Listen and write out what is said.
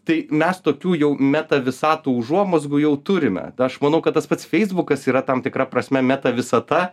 tai mes tokių jau meta visatų užuomazgų jau turime aš manau kad tas pats feisbukas yra tam tikra prasme meta visata